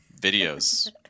videos